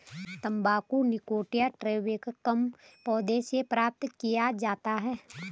तंबाकू निकोटिया टैबेकम पौधे से प्राप्त किया जाता है